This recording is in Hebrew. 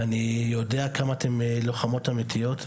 ואני יודע כמה אתן לוחמות אמיתיות.